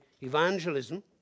evangelism